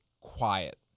quiet